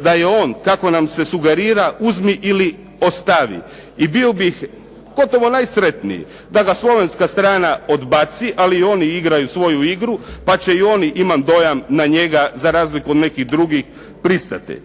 da je on kako nam se sugerira uzmi ili ostavi i bio bih gotovo najsretniji da ga slovenska strana odbaci ali i oni igraju svoju igru pa će i oni, imam dojam, na njega za razliku od nekih drugih pristati.